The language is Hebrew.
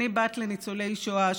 אני בת לניצולי שואה,